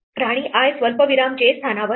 राणी i स्वल्पविराम j स्थानावर आहे